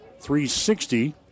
360